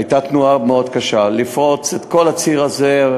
הייתה תנועה מאוד קשה, לפרוץ את כל הציר הזה.